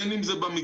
בין אם זה במגזר